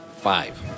Five